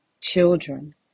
children